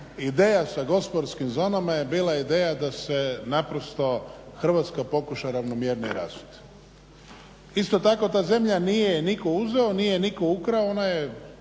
ideja sa gospodarskim zonama je bila ideja da se naprosto Hrvatska pokuša ravnomjernije razviti. Isto tako ta zemlja nije nitko uzeo, nije nitko ukrao, ona je